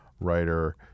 writer